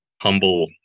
humble